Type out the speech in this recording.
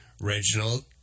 Reginald